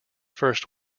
first